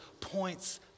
points